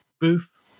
booth